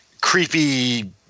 creepy